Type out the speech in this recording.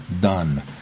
done